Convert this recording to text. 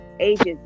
Ages